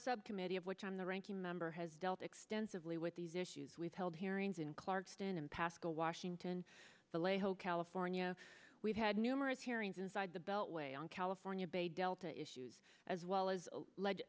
subcommittee of which i'm the ranking member has dealt extensively with these issues we've held hearings in clarkston and pascoe washington to lay hold california we've had numerous hearings inside the beltway on california baby delta issues as well as le